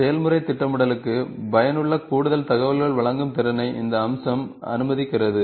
செயல்முறை திட்டமிடலுக்கு பயனுள்ள கூடுதல் தகவல்களை வழங்கும் திறனை இந்த அம்சம் அனுமதிக்கிறது